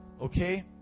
Okay